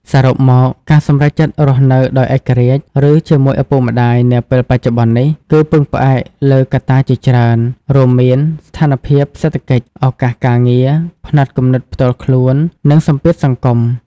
សរុបមក ការសម្រេចចិត្តរស់នៅដោយឯករាជ្យ ឬជាមួយឪពុកម្តាយនាពេលបច្ចុប្បន្ននេះ គឺពឹងផ្អែកលើកត្តាជាច្រើន រួមមានស្ថានភាពសេដ្ឋកិច្ច ឱកាសការងារ ផ្នត់គំនិតផ្ទាល់ខ្លួន និងសម្ពាធសង្គម។